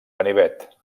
ganivet